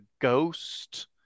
ghost